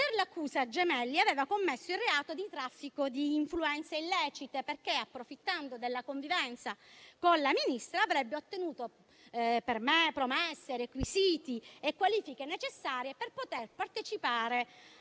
Per l'accusa, Gemelli aveva commesso il reato di traffico di influenze illecite, perché, approfittando della convivenza con la Ministra, avrebbe ottenuto promesse, requisiti e qualifiche necessari a partecipare